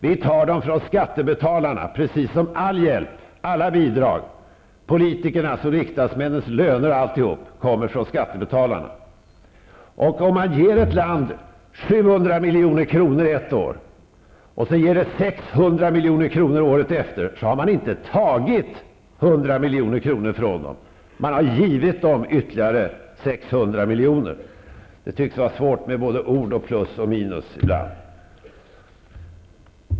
Vi tar dem från skattebetalarna, precis som all hjälp, alla bidrag, politikernas och riksdagsmännens löner osv. kommer från skattebetalarna. Om man ger ett land 700 milj.kr. ett år och året efter ger det 600 milj.kr., har man inte tagit 100 milj.kr. från det landet. Man har givit det landet ytterligare 600 milj.kr. Det tycks vara svårt med både ord och plus och minus ibland.